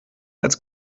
als